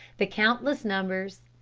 the countless numbers,